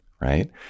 right